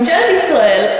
ממשלת ישראל,